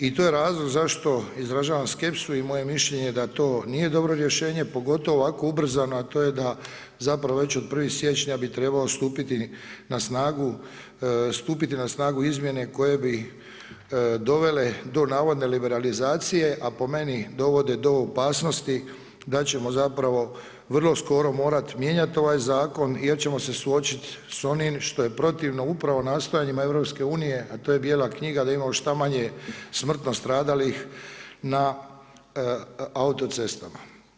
I to je razlog zašto izražavam skepsu i moje je mišljenje da to nije dobro rješenje, pogotovo ovako ubrzano a to je da zapravo već od 1. siječnja bi trebao stupiti na snagu izmjene koje bi dovele do navodne liberalizacije a po meni dovode do opasnosti da ćemo zapravo vrlo skoro morati mijenjati ovaj zakon jer ćemo se suočiti s onim što je protivno upravo nastojanjima EU a to je bijela knjiga da imamo šta manje smrtno stradalih na autocestama.